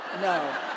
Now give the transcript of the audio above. No